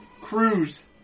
cruise